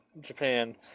Japan